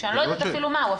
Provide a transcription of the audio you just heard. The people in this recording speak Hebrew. שאני לא יודעת אפילו מהו,